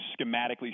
schematically